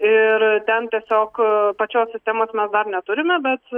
ir ten tiesiog pačios sistemos mes dar neturime bet